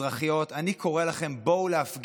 אני קורא לכם: בואו להפגין איתנו,